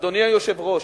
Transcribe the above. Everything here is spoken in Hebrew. אדוני היושב-ראש,